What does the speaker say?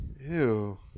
Ew